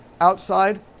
outside